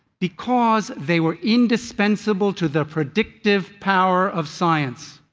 because they were indispensible to the predictive power of science.